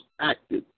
active